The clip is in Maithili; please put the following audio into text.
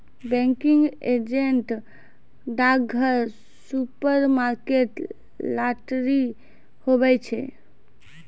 बैंकिंग एजेंट डाकघर, सुपरमार्केट, लाटरी, हुवै छै